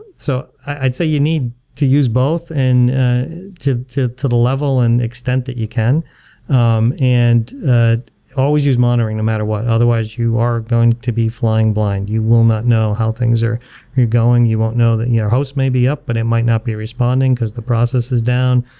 so i'd say you need to use both and to to the level and extent that you can um and always use monitoring no matter what, otherwise you are going to be flying blind. you will not know how things are going. you won't know that your host may be up but i might not be responding because the processes down.